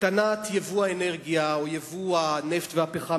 הקטנת יבוא האנרגיה או יבוא הנפט והפחם